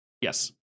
Yes